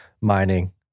mining